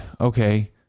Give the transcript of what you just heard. okay